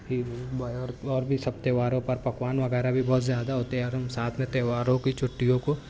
پھر اور بھی سب تیوہاروں پر پکوان وغیرہ بھی بہت زیادہ ہوتے ہیں اور ہم ساتھ میں تیوہاروں کی چھٹیوں کو